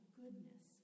goodness